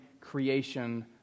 creation